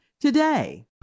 today